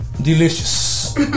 Delicious